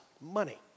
money